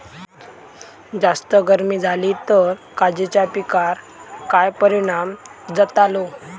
जास्त गर्मी जाली तर काजीच्या पीकार काय परिणाम जतालो?